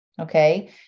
okay